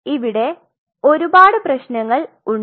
അതിനാൽ ഇവിടെ ഒരുപാട് പ്രേശ്നങ്ങൾ ഉണ്ട്